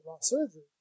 Surgery